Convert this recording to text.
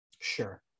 sure